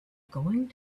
going